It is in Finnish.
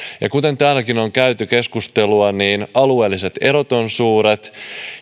ja kuten täälläkin on käyty keskustelua alueelliset erot ovat suuret